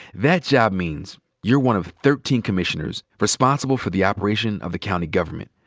that job means you're one of thirteen commissioners responsible for the operation of the county government,